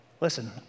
Listen